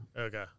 Okay